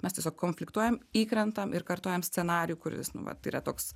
mes tiesiog konfliktuojam įkrentam ir kartojam scenarijų kuris nu vat tai yra toks